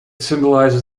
symbolizes